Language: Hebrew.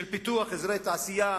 של פיתוח אזורי תעשייה,